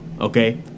okay